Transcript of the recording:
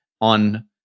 on